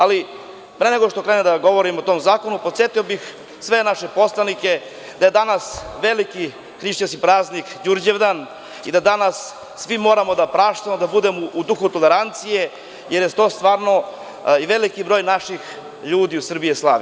Ali, pre nego što krenem da vam govorim o tom zakonu, podsetio bih sve naše poslanike da je danas veliki hrišćanski praznik Đurđevdan i da danas svi moramo da praštamo, da budemo u duhu tolerancije jer je stvarno i veliki broj naših ljudi u Srbiji slavi.